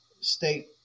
state